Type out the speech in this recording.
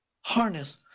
harness